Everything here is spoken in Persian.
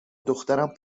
دخترم